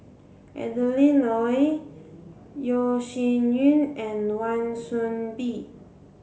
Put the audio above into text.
Adeline Ooi Yeo Shih Yun and Wan Soon Bee